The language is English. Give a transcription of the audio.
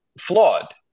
flawed